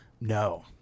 No